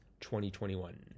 2021